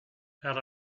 had